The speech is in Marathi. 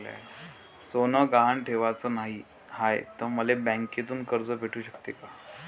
सोनं गहान ठेवाच नाही हाय, त मले बँकेतून कर्ज भेटू शकते का?